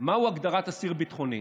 מהי הגדרת "אסיר ביטחוני"?